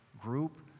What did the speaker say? group